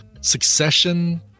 succession